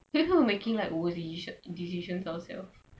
making like the whole decision siao siao